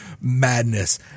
madness